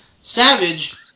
Savage